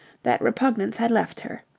that repugnance had left her.